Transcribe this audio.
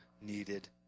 needed